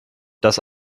das